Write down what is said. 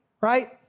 right